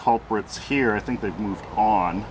culprits here i think they've moved on